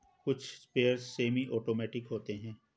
कुछ sprayer semi automatic होते हैं